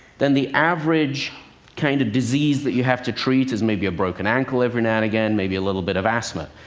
then the average kind of disease that you have to treat is maybe a broken ankle every now and again, maybe a little bit of asthma.